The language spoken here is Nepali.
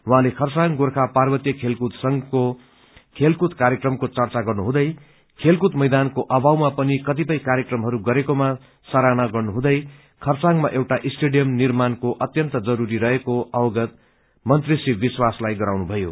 उहाँले खरसाङ गोर्खा पार्वत्य खेलकूद संघको खेलकूद कायक्रमको चर्चा गर्नु हुँदे खेलकूद मैदानको अभावमा पनि कतिपय कार्यक्रमहरू गरेको सराहना गर्नुहुँदै खरसाङमा एउटा स्टेडियम निर्माणको अत्यन्त जरूरी रहेको अवगत मंत्री श्री विस्वाशलाई गराउनुभयो